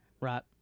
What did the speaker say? Right